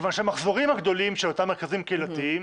מכיוון שהמחזורים הגדולים של אותם מרכזים קהילתיים,